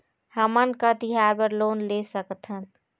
हमन का तिहार बर लोन ले सकथन?